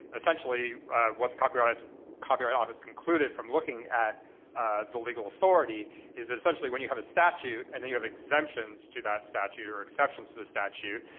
essentially what the copyright copyright office concluded from looking at the legal authority is that essentially when you have a statute and then you have exemptions to that statute or exceptions to the statute,